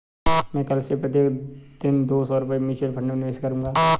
मैं कल से प्रत्येक दिन दो सौ रुपए म्यूचुअल फ़ंड में निवेश करूंगा